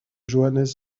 johannes